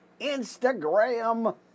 Instagram